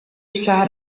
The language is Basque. zahar